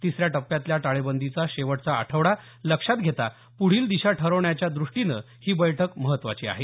तिसऱ्या टप्प्यातल्या टाळेबंदीचा शेवटचा आठवडा लक्षात घेता पुढील दिशा ठरवण्याच्या द्रष्टीनं ही बैठक महत्त्वाची आहे